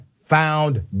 found